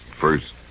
First